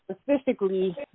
specifically